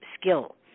skill